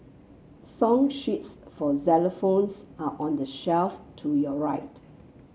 song sheets for xylophones are on the shelf to your right